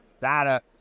data